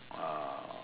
ah